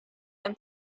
and